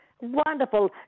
Wonderful